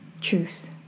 truth